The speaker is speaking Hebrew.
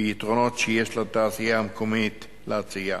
ביתרונות שיש לתעשייה המקומית להציע.